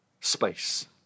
space